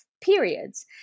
periods